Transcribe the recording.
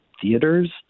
theaters